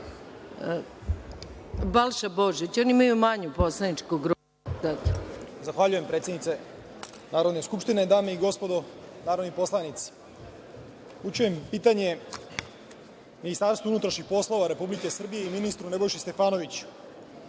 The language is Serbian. Balša Božović. Oni imaju manju poslaničku grupu. **Balša Božović** Zahvaljujem, predsednice Narodne skupštine. Dame i gospodo narodni poslanici, upućujem pitanje Ministarstvu unutrašnjih poslova Republike Srbije i ministru Nebojši Stefanoviću.